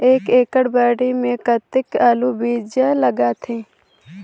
एक एकड़ बाड़ी मे कतेक आलू बीजा लगथे?